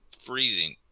freezing